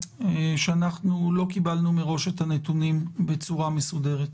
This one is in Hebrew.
שאנחנו לא קיבלנו אותם מראש בצורה מסודרת.